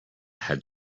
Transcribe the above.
had